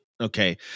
Okay